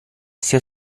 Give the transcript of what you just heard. sia